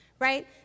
Right